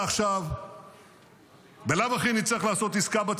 בואו נסגור עסקה עכשיו,